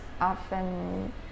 often